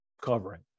covering